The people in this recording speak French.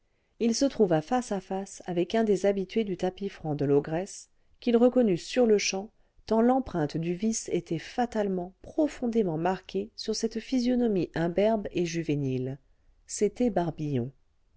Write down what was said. il se trouva face à face avec un des habitués du tapis franc de l'ogresse qu'il reconnut sur-le-champ tant l'empreinte du vice était fatalement profondément marquée sur cette physionomie imberbe et juvénile c'était barbillon